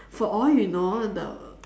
for all you know the